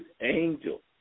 angel